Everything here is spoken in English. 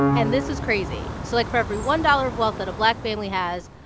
and this is crazy. so like, for every one dollars of wealth that a black family has,